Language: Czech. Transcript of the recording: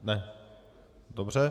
Ne, dobře.